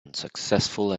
unsuccessful